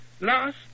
last